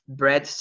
bread